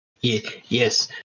yes